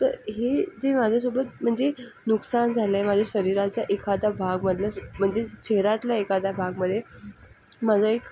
हे जे माझ्यासोबत म्हणजे नुकसान झालं आहे माझं शरीराचं एखादा भागमधले म्हणजे चेहऱ्यातला एखादा भागमध्ये माझा एक